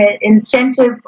incentive